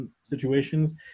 situations